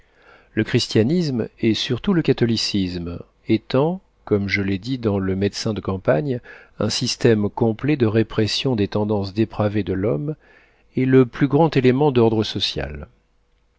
le christianisme et surtout le catholicisme étant comme je l'ai dit dans le médecin de campagne un système complet de répression des tendances dépravées de l'homme est le plus grand élément d'ordre social